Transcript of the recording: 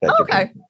Okay